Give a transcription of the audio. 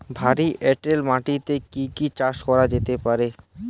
ভারী এঁটেল মাটিতে কি কি চাষ করা যেতে পারে?